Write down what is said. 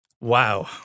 Wow